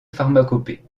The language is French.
pharmacopée